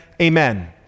Amen